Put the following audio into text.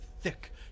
thick